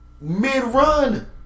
mid-run